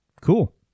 Cool